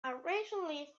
irresolute